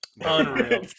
Unreal